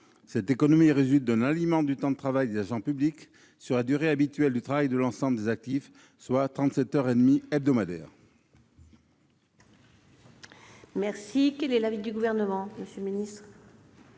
Cette économie résulterait d'un alignement du temps de travail des agents publics sur la durée habituelle de travail de l'ensemble des actifs, soit 37,5 heures hebdomadaires. Quel est l'avis du Gouvernement ? Monsieur le rapporteur